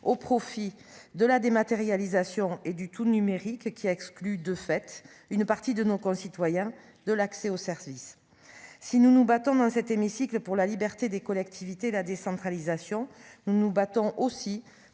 au profit de la dématérialisation et du tout numérique, qui exclut de fait une partie de nos concitoyens de l'accès au service, si nous nous battons dans cet hémicycle pour la liberté des collectivités, la décentralisation, nous nous battons aussi